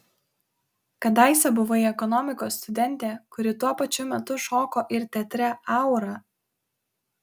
kadaise buvai ekonomikos studentė kuri tuo pačiu metu šoko ir teatre aura